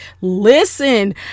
listen